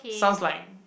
sounds like